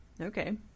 Okay